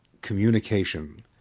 communication